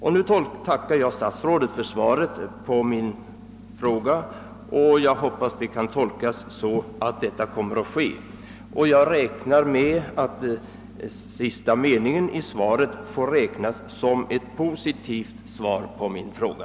Jag tackar statsrådet för svaret på min fråga och hoppas att det får tolkas så att detta kommer att ske. Jag räknar med att sista meningen i svaret får uppfattas som ett positivt besked med anledning av min fråga.